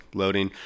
loading